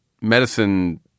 medicine